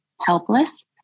helpless